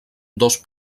dos